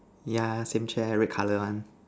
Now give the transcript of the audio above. yeah same chair red colour one